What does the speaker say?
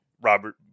Robert